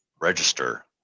register